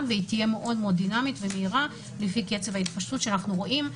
והיא תהיה מאוד דינאמית ומהירה לפי קצב ההתפשטות שאנחנו רואים.